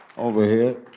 over here.